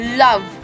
love